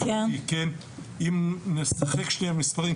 אם נשחק במספרים,